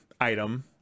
item